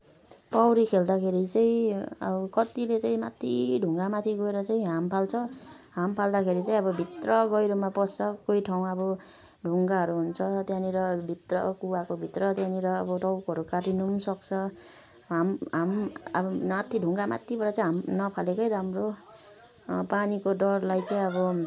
पौडी खाल्दाखेरि चाहिँ अब कतिले चाहिँ माथि ढुङ्गामाथि गएर चाहिँ हाम फाल्छ हाम फाल्दाखेरि चाहिँ अब भित्र गहिरोमा पस्छ कोही ठाउँ अब ढुङ्गाहरू हुन्छ त्यहाँनिर भित्र कुवाको भित्र त्यहाँनिर अब टाउकोहरू काटिनु पनि सक्छ हाम हाम अब माथि ढ्ङ्गामाथिबाट चाहिँ हाम नफालेकै राम्रो पानीको डरलाई चाहिँ अब